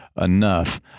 enough